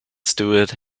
stewart